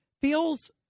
feels